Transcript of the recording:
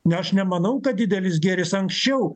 na aš nemanau kad didelis gėris anksčiau